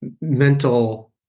mental